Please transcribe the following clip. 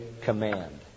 command